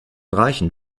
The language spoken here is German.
reichen